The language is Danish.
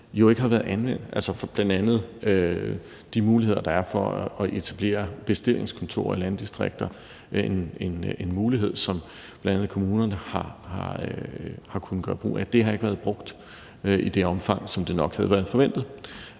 jo ikke har været anvendt, altså bl.a. de muligheder, der er for at etablere bestillingskontorer i landdistrikter – en mulighed, som bl.a. kommunerne har kunnet gøre brug af. Den har ikke har været brugt i det omfang, som det nok havde været forventet.